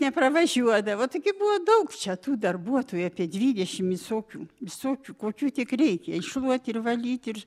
nepravažiuodavo taigi buvo daug čia tų darbuotojų apie dvidešim visokių visokių kokių tik reikia iššluoti ir valyti ir